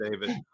David